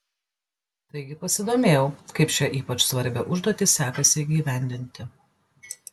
taigi pasidomėjau kaip šią ypač svarbią užduotį sekasi įgyvendinti